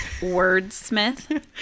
Wordsmith